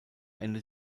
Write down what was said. ende